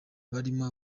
barimo